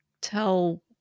tell